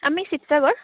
আমি শিৱসাগৰৰ